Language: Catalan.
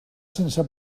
sense